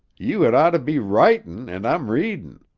you had ought to be writin' an' i'm readin'.